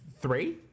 three